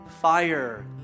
fire